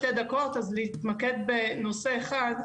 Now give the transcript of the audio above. לי להתמקד בנושא אחד,